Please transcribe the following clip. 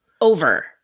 over